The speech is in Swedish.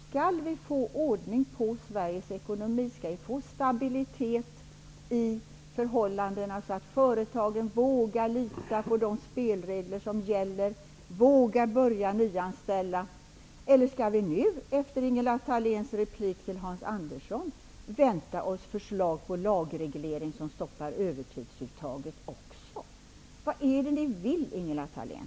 Skall vi få ordning i Sveriges ekonomi, stabilitet i förhållandena så att företagen vågar lita på de spelregler som gäller, våga börja nyanställa? Eller skall vi nu efter Ingela Thaléns replik till Hans Andersson vänta oss förslag på lagregler som stoppar övertidsuttaget också? Vad är det ni vill, Ingela Thalén?